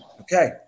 Okay